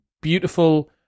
Beautiful